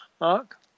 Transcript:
Mark